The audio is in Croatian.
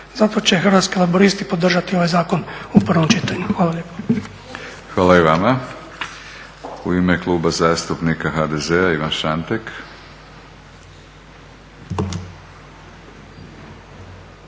zato će Hrvatski laburisti podržati ovaj zakon u prvom čitanju. Hvala lijepo. **Batinić, Milorad (HNS)** Hvala i vama. U ime Kluba zastupnika HDZ-a Ivan Šantek.